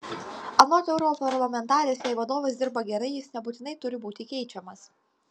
anot europarlamentarės jei vadovas dirba gerai jis nebūtinai turi būti keičiamas